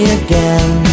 again